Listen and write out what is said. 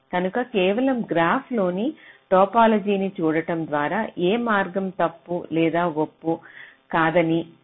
కనుక కేవలం గ్రాఫ్లోనీ టోపోలాజీని చూడటం ద్వారా ఏ మార్గం తప్పు లేదా తప్పు కాదని చెప్పలేము